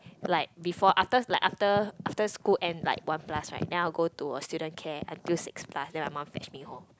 like before after like after after school end like one plus right then I will go to a student care until six plus then my mum fetch me home